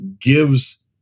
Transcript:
Gives